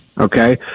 Okay